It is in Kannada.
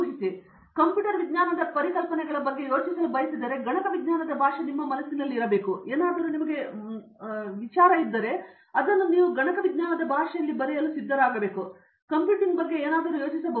ಹಾಗಾಗಿ ನಾನು ಕಂಪ್ಯೂಟರ್ ವಿಜ್ಞಾನದ ಪರಿಕಲ್ಪನೆಗಳ ಬಗ್ಗೆ ಯೋಚಿಸಲು ಬಯಸಿದರೆ ಗಣಕ ವಿಜ್ಞಾನದ ಭಾಷೆ ನಿಮ್ಮ ಮನಸ್ಸಿನಲ್ಲಿ ಇರಬೇಕು ನಂತರ ನೀವು ಕಂಪ್ಯೂಟಿಂಗ್ ಬಗ್ಗೆ ಏನಾದರೂ ಯೋಚಿಸಬಹುದು